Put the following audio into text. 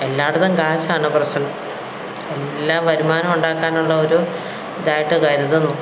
എല്ലാ ഇടത്തും കാശാണ് പ്രശ്നം എല്ലാ വരുമാനം ഉണ്ടാക്കാനുള്ള ഒരു ഇതായിട്ട് കരുതുന്നു